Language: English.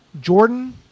Jordan